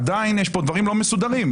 עדיין יש פה דברים לא מסודרים.